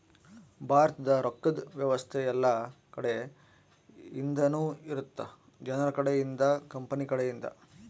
ಭಾರತದ ರೊಕ್ಕದ್ ವ್ಯವಸ್ತೆ ಯೆಲ್ಲ ಕಡೆ ಇಂದನು ಇರುತ್ತ ಜನರ ಕಡೆ ಇಂದ ಕಂಪನಿ ಕಡೆ ಇಂದ